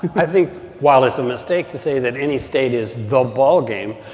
i think while it's a mistake to say that any state is the ballgame,